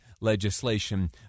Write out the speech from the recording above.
legislation